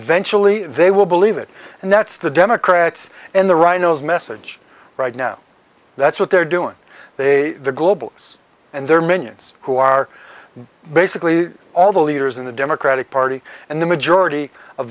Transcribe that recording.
eventually they will believe it and that's the democrats and the rhinos message right now that's what they're doing they the global us and their minions who are basically all the leaders in the democratic party and the majority of